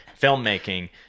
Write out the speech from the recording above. filmmaking